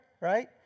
right